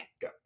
Go